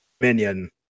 minion